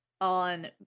On